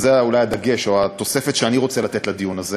וזה אולי הדגש או התוספת שאני רוצה לתת לדיון הזה,